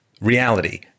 reality